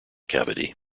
cavity